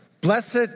Blessed